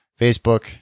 Facebook